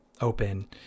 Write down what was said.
open